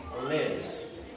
lives